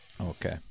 okay